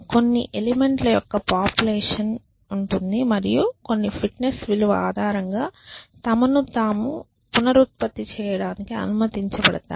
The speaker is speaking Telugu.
కొన్ని ఎలిమెంట్ల యొక్క పాపులేషన్ ఉంది మరియు కొన్ని ఫిట్నెస్ విలువ ఆధారంగా తమను తాము పునరుత్పత్తి చేయడానికి అనుమతించబడతాయి